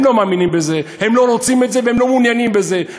הם לא מאמינים בזה.